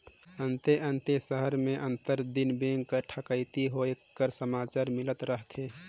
अन्ते अन्ते सहर में आंतर दिन बेंक में ठकइती होए कर समाचार मिलत रहथे